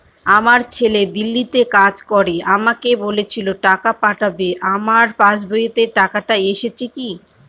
আমার ছেলে দিল্লীতে কাজ করে আমাকে বলেছিল টাকা পাঠাবে আমার পাসবইতে টাকাটা এসেছে কি?